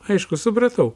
aišku supratau